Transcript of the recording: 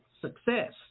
success